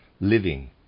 living